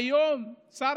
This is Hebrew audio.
היום שר